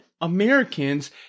Americans